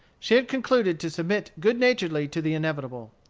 she had concluded to submit good-naturedly to the inevitable.